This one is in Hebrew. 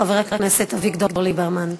חבר הכנסת אביגדור ליברמן.